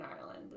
Ireland